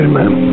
man